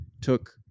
took